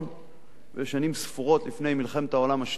שנים ספורות לפני מלחמת העולם השנייה